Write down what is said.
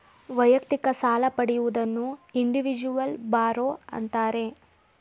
ವೈಯಕ್ತಿಕ ಸಾಲ ಪಡೆಯುವುದನ್ನು ಇಂಡಿವಿಜುವಲ್ ಬಾರೋ ಅಂತಾರೆ